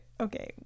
okay